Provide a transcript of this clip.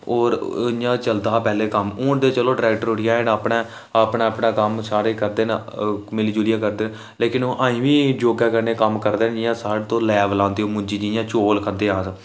होर इ'यां चलदा हा पैह्लें कम्म हून ते चलो ट्रैक्टर उठी आए अपने अपने अपने कम्म सारे करदे न मिली जुलियै करदे लेकिन ओह् अजें बी जोगें कन्नै कम्म करदे न ते जि'यां तुस लैब लांदे मुंजी दी जियां चौल खंदे अस